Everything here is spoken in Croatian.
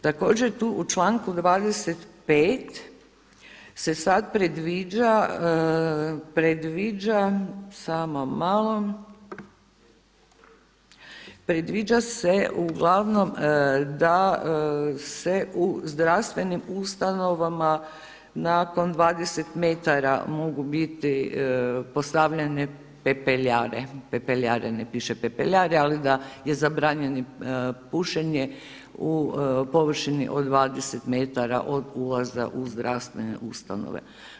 Također tu u članku 25. se sada predviđa, predviđa se uglavnom da se u zdravstvenim ustanovama nakon 20 metara mogu biti postavljene pepeljare, ne piše pepeljare ali da je zabranjeno pušenje u površini od 20 metara od ulaza u zdravstvene ustanove.